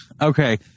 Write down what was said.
Okay